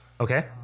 Okay